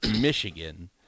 michigan